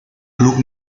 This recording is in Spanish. club